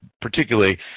particularly